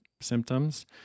symptoms